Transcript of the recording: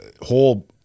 whole